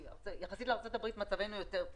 יחסית לארצות הברית מצבנו יותר טוב.